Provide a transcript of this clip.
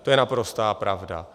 To je naprostá pravda.